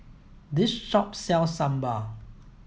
this shop sells sambal